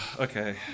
okay